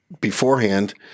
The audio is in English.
beforehand